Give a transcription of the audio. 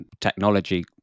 technology